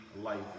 life